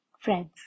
friends